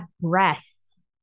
breasts